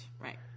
right